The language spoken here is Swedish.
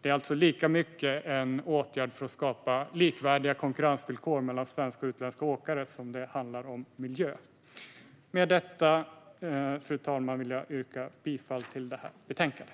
Det är alltså lika mycket en åtgärd för att skapa likvärdiga konkurrensvillkor mellan svenska och utländska åkare som det handlar om miljö. Med detta vill jag yrka bifall till utskottets förslag.